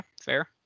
Fair